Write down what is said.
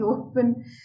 open